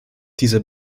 dieser